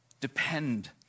Depend